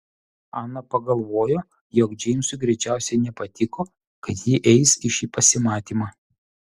ana pagalvojo jog džeimsui greičiausiai nepatiko kad ji eis į šį pasimatymą